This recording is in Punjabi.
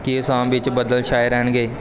ਕੀ ਆਸਾਮ ਵਿੱਚ ਬੱਦਲ ਛਾਏ ਰਹਿਣਗੇ